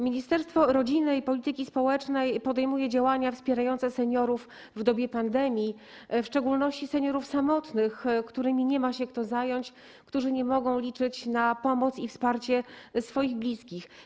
Ministerstwo Rodziny i Polityki Społecznej podejmuje działania wspierające seniorów w dobie pandemii, w szczególności seniorów samotnych, którymi nie ma się kto zająć, którzy nie mogą liczyć na pomoc i wsparcie swoich bliskich.